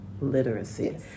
Literacy